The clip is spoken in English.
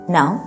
Now